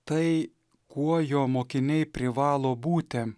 tai kuo jo mokiniai privalo būti